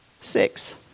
Six